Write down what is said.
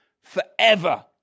forever